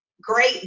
great